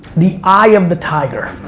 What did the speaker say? the eye of the tiger.